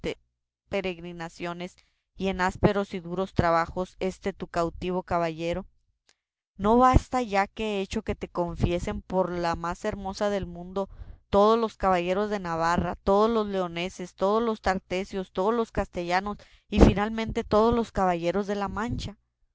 peregrinaciones y en ásperos y duros trabajos este tu cautivo caballero no basta ya que he hecho que te confiesen por la más hermosa del mundo todos los caballeros de navarra todos los leoneses todos los tartesios todos los castellanos y finalmente todos los caballeros de la mancha